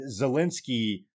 Zelensky